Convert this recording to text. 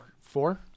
Four